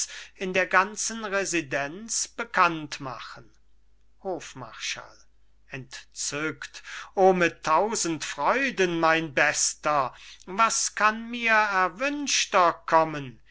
in der ganzen residenz bekannt machen hofmarschall entzückt o mit tausend freuden mein bester was kann mir erwünschter kommen